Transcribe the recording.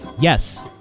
yes